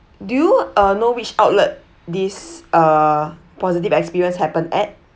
do you uh know which outlet this uh positive experience happen at